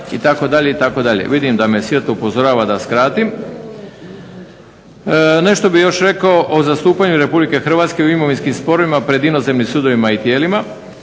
itd., itd. Vidim da me svjetlo upozorava da skratim. Nešto bih još rekao o zastupanju Republike Hrvatske u imovinskim sporovima pred inozemnim sudovima i tijelima.